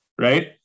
right